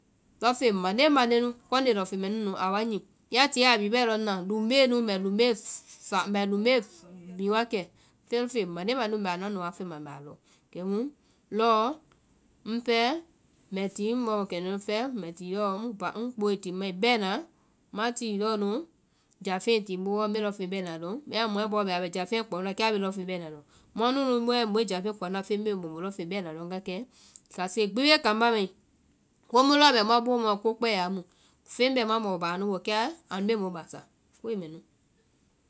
Lɔŋfeŋ mande mande nu kɔnde lɔŋfeŋɛ mɛɛ nunu a wa nyi. ya tie a bhii bɛɛ lɔŋ na, lumbee nu, mbɛ lumbee mi wakɛ, lɔŋfeŋ mande mande nu mbɛ a nua nu wa fɛma mbɛ a lɔŋ. kɛmu lɔɔ mbɛ ti ŋ bɔ mɔkɛndɛ́ nu fɛ mbɛ ti lɔɔ, ŋboee i ti lɔɔ bɛ ŋmai, ma ti lɔɔ nu jáfeŋɛ i ti ŋboo wɔ mbe lɔnfeŋ bɛna lɔŋ, bɛmã mɔɛ bɔɔ bɛ jáfeŋ kpao na kɛ a bee lɔnfeŋ bɛna lɔŋ. muã mu nu bɛɛ mu bee jáfeaŋ kpao naa mui lɔŋfeŋ bɛna lɔŋ wakɛ, kase gbi bee kambá mai ko mu lɔɔ bɛ muã boo mɛɛɔ kokpɛyaa, feŋ bɛ muã mo baa nu boo kɛ anu bee mɔ basa.